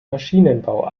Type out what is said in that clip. maschinenbau